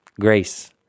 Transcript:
Grace